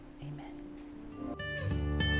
Amen